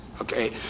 Okay